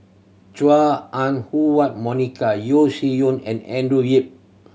Chua Ah Huwa Monica Yeo Shih Yun and Andrew Yip